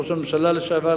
ראש הממשלה לשעבר,